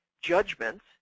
judgments